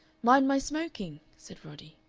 mind my smoking? said roddy.